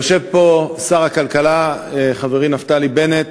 יושב פה שר הכלכלה, חברי נפתלי בנט,